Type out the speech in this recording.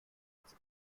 its